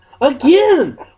Again